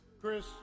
Chris